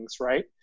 right